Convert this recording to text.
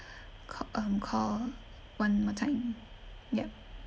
ca~ um call one more time yup